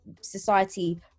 society